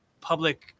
public